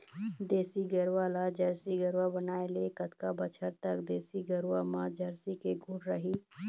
देसी गरवा ला जरसी गरवा बनाए ले कतका बछर तक देसी गरवा मा जरसी के गुण रही?